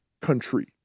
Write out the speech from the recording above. country